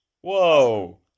Whoa